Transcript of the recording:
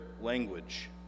language